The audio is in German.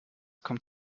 kommt